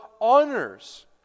honors